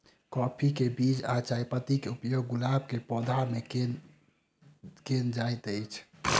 काफी केँ बीज आ चायपत्ती केँ उपयोग गुलाब केँ पौधा मे केल केल जाइत अछि?